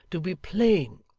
to be plain,